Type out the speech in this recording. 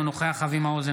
אינו נוכח אבי מעוז,